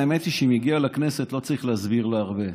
האמת היא שהיא מגיעה לכנסת ולא צריך להסביר לה הרבה.